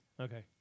Okay